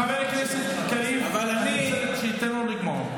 אני שומר, חבר הכנסת קריב, תן לו לגמור.